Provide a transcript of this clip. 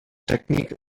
technique